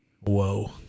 Whoa